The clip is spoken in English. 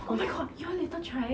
oh my god you want later try